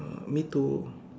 uh me too